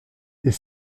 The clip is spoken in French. est